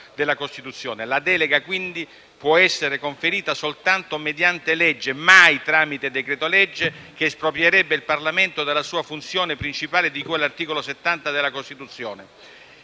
La delega, quindi, può essere conferita soltanto mediante legge, mai tramite decreto-legge, che esproprierebbe il Parlamento della sua funzione principale, di cui all'articolo 70 della Costituzione.